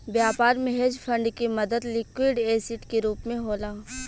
व्यापार में hedge fund के मदद लिक्विड एसिड के रूप होला